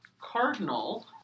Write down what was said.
cardinal